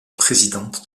présidente